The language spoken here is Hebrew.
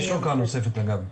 יש הארכה נוספת, אגב.